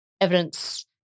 evidence